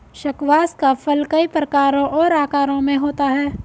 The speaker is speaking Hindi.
स्क्वाश का फल कई प्रकारों और आकारों में होता है